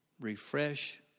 refresh